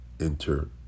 enter